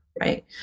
right